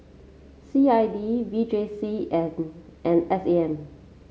C I D V J C and S A M